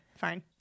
Fine